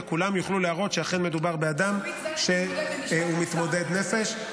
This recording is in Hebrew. והכול יוכל להראות שאכן מדובר באדם שהוא מתמודד נפש,